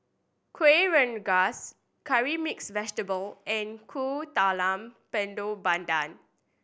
Kuih Rengas Curry Mixed Vegetable and Kuih Talam Tepong Pandan